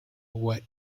what